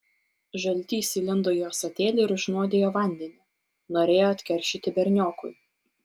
žaltys įlindo į ąsotėlį ir užnuodijo vandenį norėjo atkeršyti berniokui